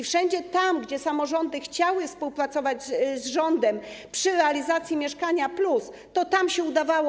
Wszędzie tam, gdzie samorządy chciały współpracować z rządem przy realizacji „Mieszkania+”, to się udawało.